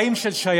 חיים של שייכות.